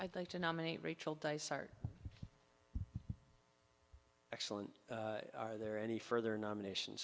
i'd like to nominate rachel dice are excellent are there any further nomination